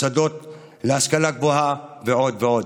במוסדות להשכלה גבוהה ועוד ועוד.